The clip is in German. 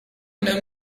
einer